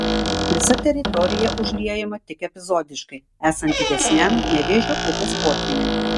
visa teritorija užliejama tik epizodiškai esant didesniam nevėžio upės potvyniui